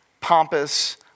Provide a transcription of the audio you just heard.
pompous